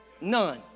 None